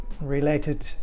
related